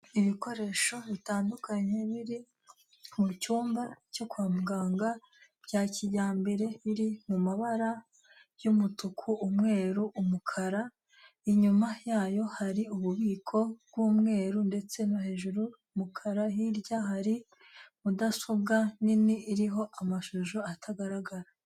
Ibikoresho bitandukanye, biri mu cyumba cyo kwa muganga bya kijyambere, biri mu mabara y'umutuku, umweru, umukara, inyuma yayo hari ububiko bw'umweru, ndetse no hejuru umukara, hirya hari mudasobwa nini, iriho amashusho, atagaragara.